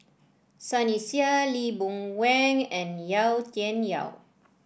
Sunny Sia Lee Boon Wang and Yau Tian Yau